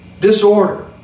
disorder